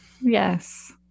Yes